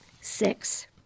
Six